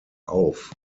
auf